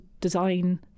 design